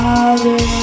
Father